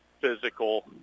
physical